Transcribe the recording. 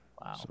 Wow